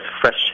fresh